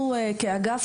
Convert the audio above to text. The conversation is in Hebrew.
אנחנו כאגף,